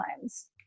times